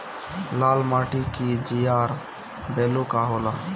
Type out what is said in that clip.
लाल माटी के जीआर बैलू का होला?